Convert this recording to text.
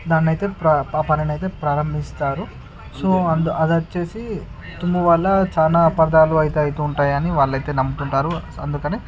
దాన్నయితే ఆ పనినైతే ప్రారంభిస్తారు సో అది అది వచ్చేసి తుమ్ము వల్ల చాలా అపార్థాలు అయితే అయితా ఉంటాయని వాళ్లయితే నమ్ముతుంటారు సో అందుకని